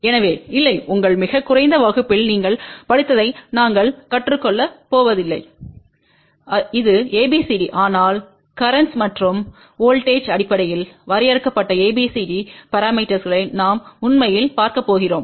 எனவே இல்லை உங்கள் மிகக் குறைந்த வகுப்பில் நீங்கள் படித்ததை நாங்கள் கற்றுக்கொள்ளப் போவதில்லை இது ABCD ஆனால் கரேன்ட்ஸ் மற்றும் வோல்ட்டேஜ்களின் அடிப்படையில் வரையறுக்கப்பட்ட ABCD பரமீட்டர்ஸ்ளை நாம் உண்மையில் பார்க்கப்போகிறோம்